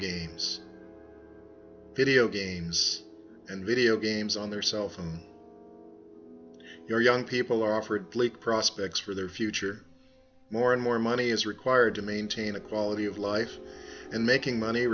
games video games and video games on their cell phone your young people are offered blake prospects for their future more and more money is required to maintain a quality of life and making money